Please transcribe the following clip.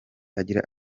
agira